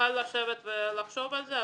נוכל לשבת ולחשוב על זה.